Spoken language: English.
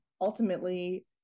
ultimately